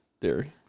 dairy